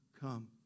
come